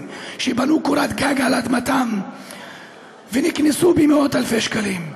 שבנו קורת גג על אדמתם ונקנסו במאות אלפי שקלים.